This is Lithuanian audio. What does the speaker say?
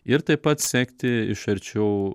ir taip pat sekti iš arčiau